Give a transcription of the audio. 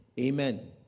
Amen